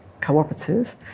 cooperative